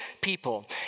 people